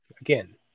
again